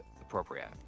appropriate